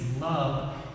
love